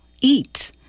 eat